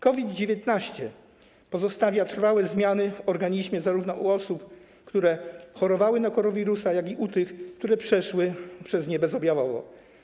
COVID-19 pozostawia trwałe zmiany w organizmie zarówno u osób, które chorowały na koronawirusa, jak i u tych, które przeszły zarażenie bezobjawowo.